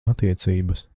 attiecības